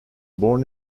born